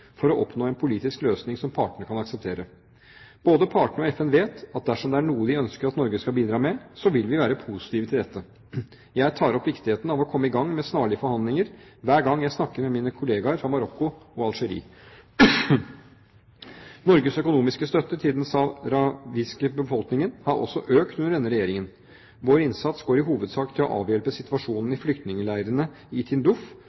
for å oppnå en politisk løsning som partene kan akseptere. Både partene og FN vet at dersom det er noe de ønsker at Norge skal bidra med, vil vi være positive til dette. Jeg tar opp viktigheten av å komme i gang med snarlige forhandlinger hver gang jeg snakker med mine kollegaer fra Marokko og Algerie. Norges økonomiske støtte til den sahrawiske befolkningen har også økt under denne regjeringen. Vår innsats går i hovedsak til å avhjelpe situasjonen i